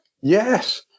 Yes